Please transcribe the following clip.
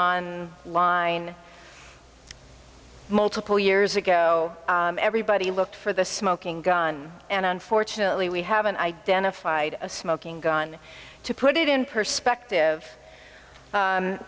on line multiple years ago everybody looked for the smoking gun and unfortunately we haven't identified a smoking gun to put it in perspective